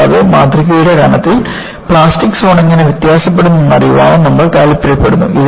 കൂടാതെ മാതൃകയുടെ കനത്തിൽ പ്ലാസ്റ്റിക് സോൺ എങ്ങനെ വ്യത്യാസപ്പെടുന്നു എന്ന് അറിയാനും നമ്മൾ താല്പര്യപ്പെടുന്നു